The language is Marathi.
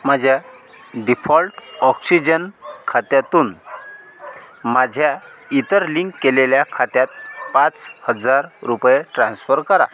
माझ्या डीफॉल्ट ऑक्सिजन खात्यातून माझ्या इतर लिंक केलेल्या खात्यात पाच हजार रुपये ट्रान्स्फर करा